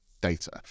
data